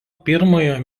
pirmojo